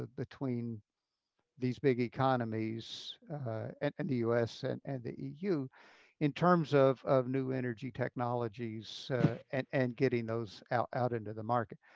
between these big economies and and the us and and the eu in terms of of new energy technologies and and getting those out into the market?